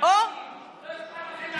לא אכפת לכם,